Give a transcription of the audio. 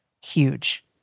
huge